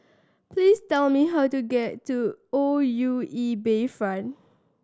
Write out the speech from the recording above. please tell me how to get to O U E Bayfront